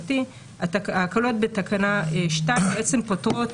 ההקלות בתקנה 2 בעצם פוטרות